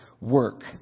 work